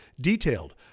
detailed